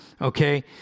okay